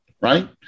right